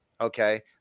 Okay